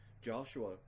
Joshua